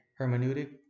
hermeneutic